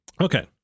okay